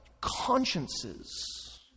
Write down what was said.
consciences